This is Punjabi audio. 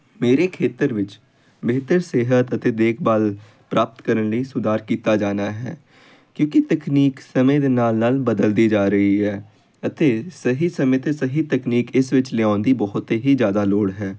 ਮੇਰੇ ਖੇਤਰ ਵਿੱਚ ਬਿਹਤਰ ਸਿਹਤ ਅਤੇ ਦੇਖਭਾਲ ਪ੍ਰਾਪਤ ਕਰਨ ਲਈ ਸੁਧਾਰ ਕੀਤਾ ਜਾਣਾ ਹੈ ਕਿਉਂਕਿ ਤਕਨੀਕ ਸਮੇਂ ਦੇ ਨਾਲ ਨਾਲ ਬਦਲਦੀ ਜਾ ਰਹੀ ਹੈ ਅਤੇ ਸਹੀ ਸਮੇਂ 'ਤੇ ਸਹੀ ਤਕਨੀਕ ਇਸ ਵਿੱਚ ਲਿਆਉਣ ਦੀ ਬਹੁਤ ਹੀ ਜ਼ਿਆਦਾ ਲੋੜ ਹੈ